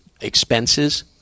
expenses